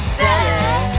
better